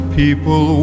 people